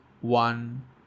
one